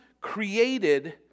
created